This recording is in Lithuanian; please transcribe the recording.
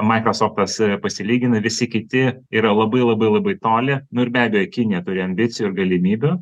maikrosoftas e pasilygina visi kiti yra labai labai labai toli nu ir be abejo kinija turi ambicijų ir galimybių